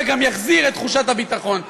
וגם יחזיר את תחושת הביטחון.